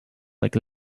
like